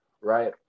right